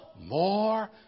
more